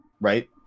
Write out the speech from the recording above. right